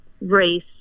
race